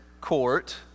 court